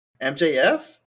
MJF